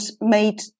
made